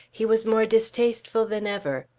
he was more distasteful than ever.